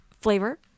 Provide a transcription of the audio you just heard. flavor